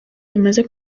imaze